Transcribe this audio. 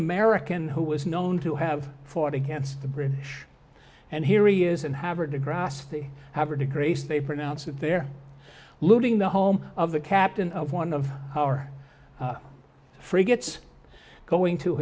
american who was known to have fought against the british and here he is and have heard the grass they have heard a grace they pronounce it their looting the home of the captain of one of our frigates going to